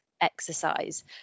exercise